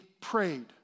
prayed